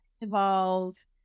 evolve